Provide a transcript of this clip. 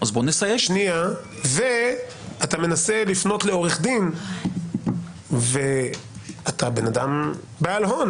אתה מנסה לפנות לעורך דין - ואתה בן אדם בעל הון